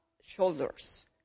shoulders